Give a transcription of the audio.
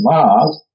Mars